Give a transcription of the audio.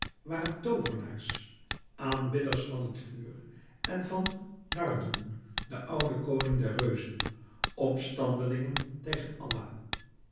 waren toovenaars aanbidders van het vuur en van nardoun den ouden koning der reuzen opstandelingen tegen allah